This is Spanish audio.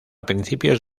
principios